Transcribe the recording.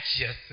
Yes